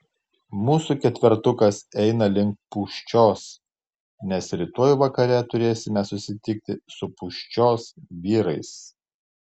mūsų ketvertukas eina link pūščios nes rytoj vakare turėsime susitikti su pūščios vyrais